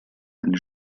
eine